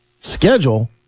schedule